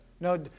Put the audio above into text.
No